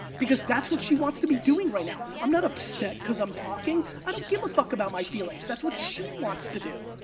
because that's what she wants to be doing right now. i'm not upset cause i'm talking, i don't give a fuck about my feelings, that's what she wants to do.